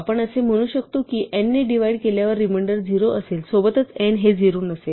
आपण असे म्हणू शकतो की n ने डिव्हाइड केल्यावर रिमेंडर 0 असेल सोबतच n हे 0 नसेल